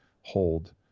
hold